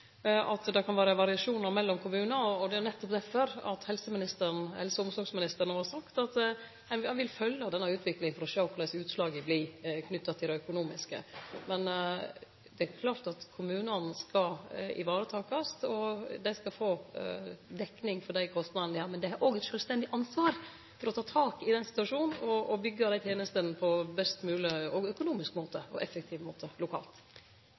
at det kan vere variasjonar mellom kommunar, og det er nettopp difor helse- og omsorgsministeren no har sagt at ein vil følgje utviklinga for å sjå korleis utslaget vert knytt til det økonomiske. Kommunane skal takast vare på, og dei skal få dekt dei kostnadene dei har, men dei har òg eit sjølvstendig ansvar for å ta tak i situasjonen lokalt og byggje desse tenestene best mogleg, økonomisk og